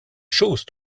chose